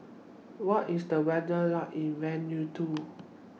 What IS The weather like in Vanuatu